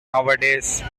nowadays